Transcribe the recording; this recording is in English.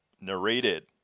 Narrated